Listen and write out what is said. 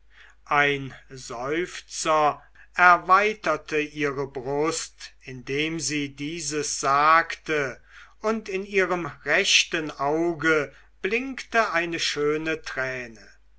ein seufzer erweiterte ihre brust indem sie dieses sagte und in ihrem rechten auge blinkte eine schöne träne